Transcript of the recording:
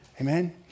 Amen